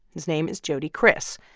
his name is jody kriss.